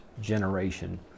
generation